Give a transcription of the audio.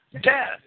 death